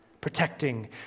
protecting